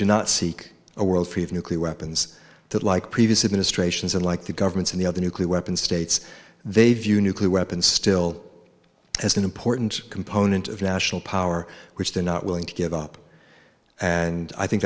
do not seek a world free of nuclear weapons that like previous administrations and like the governments of the other nuclear weapons states they view nuclear weapons still as an important component of national power which they're not willing to give up and i think